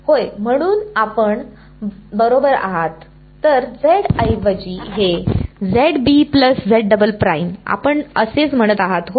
होय म्हणून आपण बरोबर आहात तर z ऐवजी हे आपण असेच म्हणत आहात होय